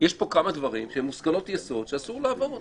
יש פה כמה דברים שהם מושכלות יסוד שאסור לעבור אותם.